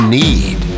need